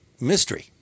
mystery